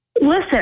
Listen